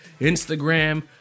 Instagram